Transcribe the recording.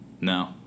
No